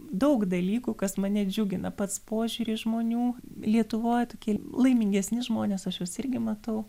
daug dalykų kas mane džiugina pats požiūris žmonių lietuvoj tokie laimingesni žmonės aš juos irgi matau